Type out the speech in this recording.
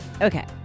Okay